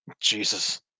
Jesus